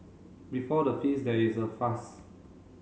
before the feast there is a fast